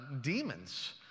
demons